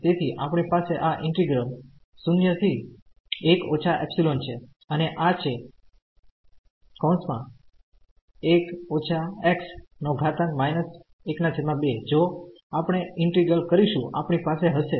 તેથીઆપણી પાસે આ ઈન્ટિગ્રલ 0 થી 1 − ϵ છે અને આ છે જો આપણે ઈન્ટિગ્રલકરીશું આપણી પાસે હશે